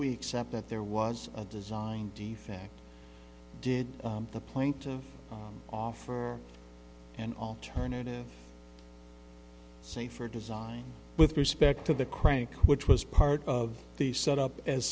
except that there was a design defect did the plaintiff offer an alternative safer design with respect to the crank which was part of the set up as